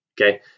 okay